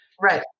Right